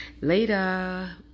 Later